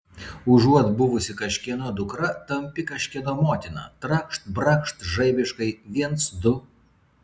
užuot buvusi kažkieno dukra tampi kažkieno motina trakšt brakšt žaibiškai viens du